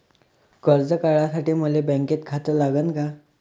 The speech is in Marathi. कर्ज काढासाठी मले बँकेत खातं लागन का?